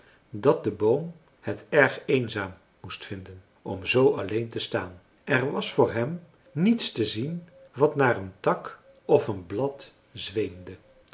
dat de boom het erg eenzaam moest vinden om zoo alleen te staan er was voor hem niets te zien wat naar een tak of een blad zweemde